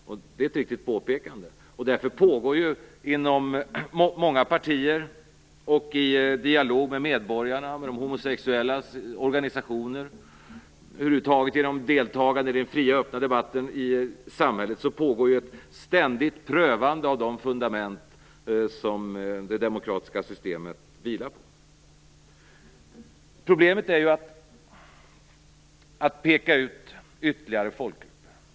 Det är ett riktigt påpekande. Det är därför som det, inom många partier och i dialog med medborgarna och de homosexuellas organisationer och över huvud taget i den fria öppna debatten i samhället, pågår ett ständigt prövande av de fundament som det demokratiska systemet vilar på. Problemet är att peka ut ytterligare folkgrupper.